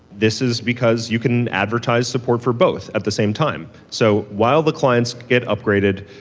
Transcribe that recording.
this is because you can advertise support for both at the same time. so while the clients get upgraded,